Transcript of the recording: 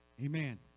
Amen